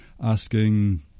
asking